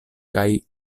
kaj